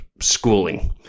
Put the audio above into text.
schooling